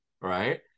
right